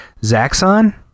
Zaxxon